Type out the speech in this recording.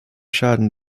schaden